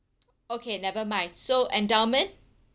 okay never mind so endowment